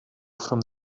from